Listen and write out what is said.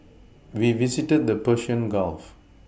we visited the Persian Gulf